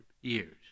years